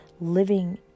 living